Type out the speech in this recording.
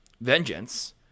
Vengeance